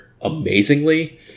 amazingly